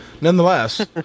nonetheless